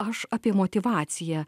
aš apie motyvaciją